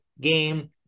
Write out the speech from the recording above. game